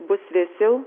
bus vėsiau